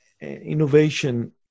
innovation